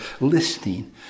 listening